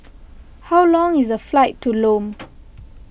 how long is the flight to Lome